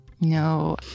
No